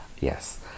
Yes